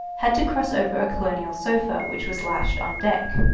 had to cross over a colonial sofa which was lashed on deck.